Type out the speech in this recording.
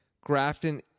Grafton